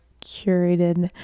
curated